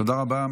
תודה רבה.